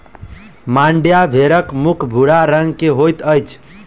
मांड्या भेड़क मुख भूरा रंग के होइत अछि